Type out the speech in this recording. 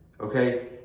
okay